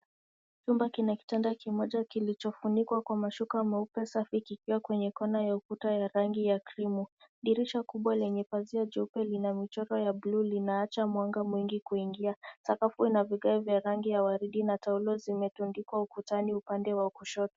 Chumba kina kitanda kimoja kilichofunikwa kwa mashuka meupe safi kikiwa kwenye kona ya ukuta ya rangi ya krimu . Dirisha kubwa lenye pazia jeupe lina michoro ya bluu linaacha mwanga mwingi kuingia. Sakafu ina vigae vya rangi ya waridi na taulo zimetundikwa ukutani upande wa kushoto.